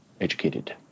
educated